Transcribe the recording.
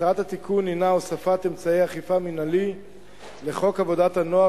מטרת התיקון הינה הוספת אמצעי אכיפה מינהלי לחוק עבודת הנוער,